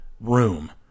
room